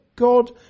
God